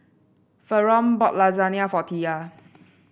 Faron bought Lasagne for Tia